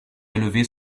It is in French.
élever